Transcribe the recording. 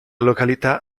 località